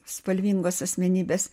spalvingos asmenybės